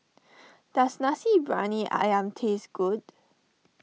does Nasi Briyani Ayam taste good